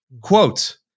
quote